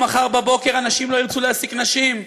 מחר בבוקר אנשים לא ירצו להעסיק נשים.